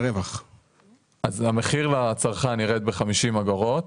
אז המחיר לצרכן ירד ב-50 אגורות,